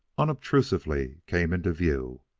unobtrusively came into view,